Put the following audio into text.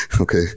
Okay